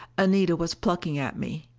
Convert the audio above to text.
anita was plucking at me.